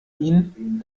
ihn